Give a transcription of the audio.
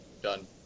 Done